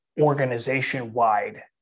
organization-wide